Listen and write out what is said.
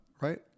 right